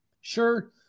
Sure